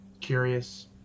Curious